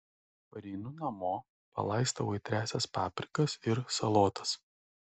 pareinu namo palaistau aitriąsias paprikas ir salotas